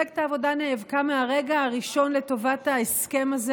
מפלגת העבודה נאבקה מהרגע הראשון לטובת ההסכם הזה.